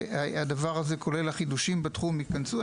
והדבר הזה כולל חידושים בתחום שייכנסו.